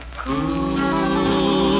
cool